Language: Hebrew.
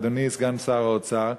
אדוני סגן שר האוצר,